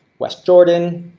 west jordan.